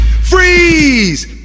Freeze